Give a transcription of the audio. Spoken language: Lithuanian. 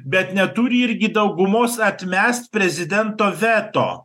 bet neturi irgi daugumos atmest prezidento veto